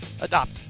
adopt